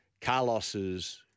Carlos's